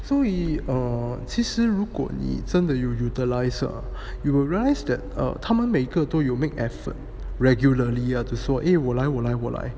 so we err 其实如果你真的有 utilize eh you will realize that err 他们每个都有 make effort regularly err to 说 eh 我来我来我来